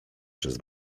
przez